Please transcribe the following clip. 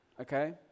Okay